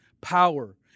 power